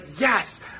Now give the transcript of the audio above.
yes